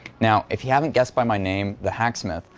now if you haven't guessed by my name, the hacksmith,